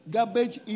Garbage